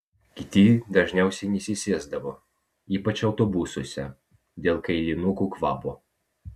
kiti dažniausiai nesisėsdavo ypač autobusuose dėl kailinukų kvapo